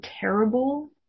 terrible